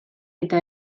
eta